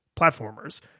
platformers